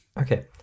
Okay